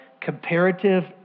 Comparative